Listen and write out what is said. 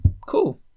cool